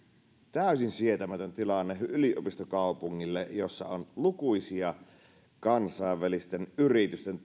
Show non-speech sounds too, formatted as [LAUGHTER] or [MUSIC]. täysin sietämätön tilanne yliopistokaupungille jossa on lukuisia kansainvälisten yritysten [UNINTELLIGIBLE]